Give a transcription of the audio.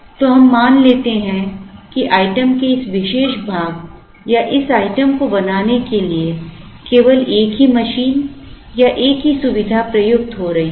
तो हम मान लेते हैं कि आइटम के इस विशेष भाग या इस आइटम को बनाने के लिए केवल एक ही मशीन या एक ही सुविधा प्रयुक्त हो रही है